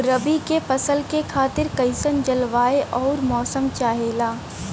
रबी क फसल खातिर कइसन जलवाय अउर मौसम चाहेला?